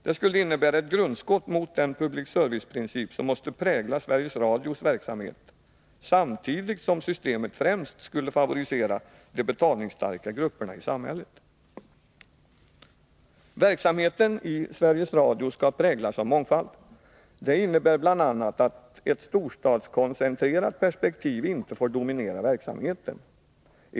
Det skulle innebära ett grundskott mot den public service-princip som måste prägla Sveriges Radios verksamhet, samtidigt som systemet främst skulle favorisera de betalningsstarka grupperna i samhället. Verksamheten i Sveriges Radio skall präglas av mångfald. Det innebär bl.a. att ett storstadskoncentrerat perspektiv inte får dominera verksamheten.